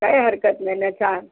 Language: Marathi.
काही हरकत नाही ना छान